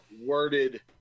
worded